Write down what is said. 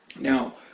Now